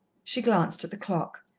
she glanced at the clock.